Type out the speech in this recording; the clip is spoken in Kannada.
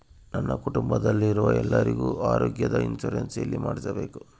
ನನ್ನ ಕುಟುಂಬದಲ್ಲಿರುವ ಎಲ್ಲರಿಗೂ ಆರೋಗ್ಯದ ಇನ್ಶೂರೆನ್ಸ್ ಎಲ್ಲಿ ಮಾಡಿಸಬೇಕು?